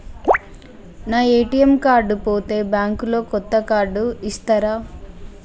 నా ATM card పోతే bank లో కొత్త కార్డు ఇస్తరా?